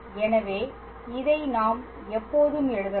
எனவே இதை நாம் எப்போதும் எழுதலாம்